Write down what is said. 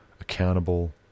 accountable